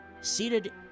seated